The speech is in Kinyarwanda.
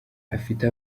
afite